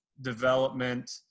development